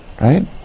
Right